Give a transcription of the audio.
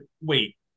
wait